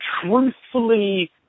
truthfully